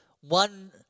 one